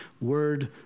word